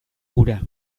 hura